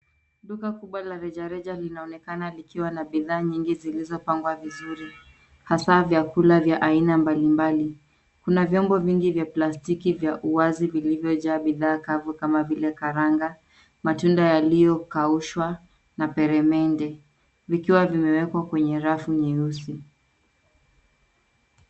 Duka kubwa la reja reja linaonekana likiwa na bidhaa nyingi zilizopangwa vizuri, hasa vya kula vya aina mbalimbali. Kuna vyombo vingi vya plastiki, vya uwazi, vilivyojaa bidhaa kavu kama vile karanga, matunda yaliyokaushwa, na peremende. Vikiwa vimewekwa kwenye rafu nyeusi.